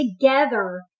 together